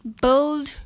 build